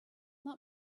not